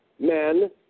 men